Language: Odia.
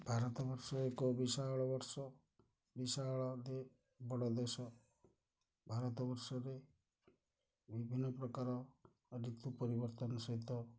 ଭାରତ ବର୍ଷ ଏକ ବିଶାଳ ବର୍ଷ ବିଶାଳ ବଡ଼ ଦେଶ ଭାରତ ବର୍ଷରେ ବିଭିନ୍ନ ପ୍ରକାର ଋତୁ ପରିବର୍ତ୍ତନ ସହିତ